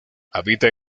habita